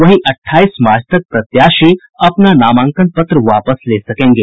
वहीं अट्ठाईस मार्च तक प्रत्याशी अपना नामांकन पत्र वापस ले सकेंगे